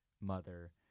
mother